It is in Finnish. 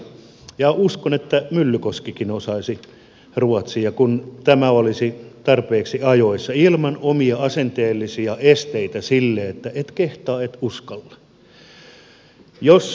ja uskon että myllykoskikin osaisi ruotsia kun tämä olisi tarpeeksi ajoissa opiskellut ilman omia asenteellisia esteitä että et kehtaa et uskalla